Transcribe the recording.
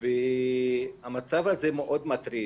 שיש כאן גם מוטיבציה מאוד מאוד של